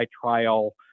trial